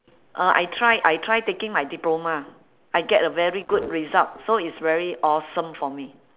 uh I tried I try taking my diploma I get a very good result so is very awesome for me